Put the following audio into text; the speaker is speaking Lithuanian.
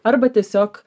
arba tiesiog